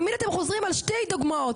תמיד אתם חוזרים על שתי דוגמאות,